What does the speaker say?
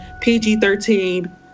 PG-13